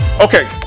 okay